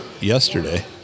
Yesterday